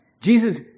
Jesus